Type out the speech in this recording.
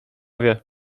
wie